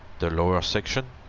the lower section